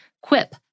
Quip